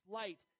light